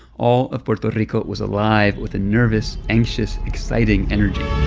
all of puerto puerto rico was alive with a nervous, anxious, exciting energy.